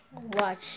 watch